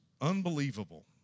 Unbelievable